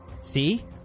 See